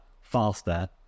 faster